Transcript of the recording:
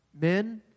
men